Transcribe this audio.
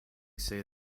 say